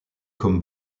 comme